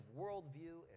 worldview